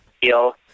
feel